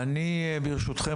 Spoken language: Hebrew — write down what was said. ברשותכם,